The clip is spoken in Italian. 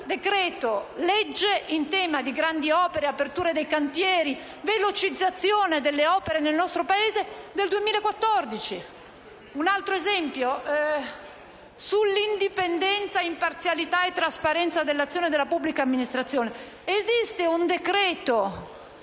decreto‑legge in tema di grandi opere, apertura dei cantieri e velocizzazione delle opere nel nostro Paese, nel 2014. Un altro esempio? Sull'indipendenza, imparzialità e trasparenza dell'azione della pubblica amministrazione esiste un decreto